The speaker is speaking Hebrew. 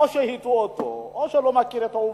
או שהטעו אותו או שהוא לא מכיר את העובדות.